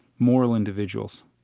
moral individuals.